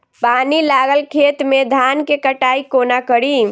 पानि लागल खेत मे धान केँ कटाई कोना कड़ी?